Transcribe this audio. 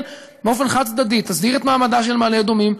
באופן חד-צדדי תסדיר את מעמדה של מעלה-אדומים,